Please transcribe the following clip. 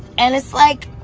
and it's like,